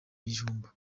ibijumba